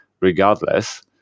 regardless